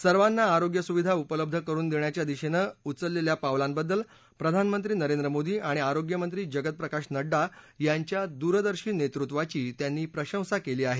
सर्वांना आरोग्य सुविधा उपलब्ध करून दिण्याच्या दिशेनं उचललेल्या पावलांबद्दल प्रधानमंत्री नरेंद्र मोदी आणि आरोग्यमंत्री जगत प्रकाश नङ्डा यांच्या दूरदर्शी नेतृत्वाची त्यांनी प्रशंसा केली आहे